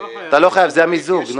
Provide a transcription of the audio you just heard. יש לי שאלה.